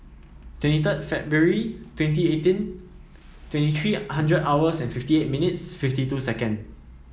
twenty third February twenty eighteen twenty three hundred hours and fifty eight minutes fifty two seconds